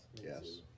yes